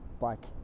bike